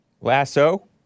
Lasso